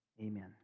amen